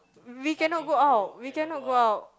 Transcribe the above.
we cannot go out we cannot go out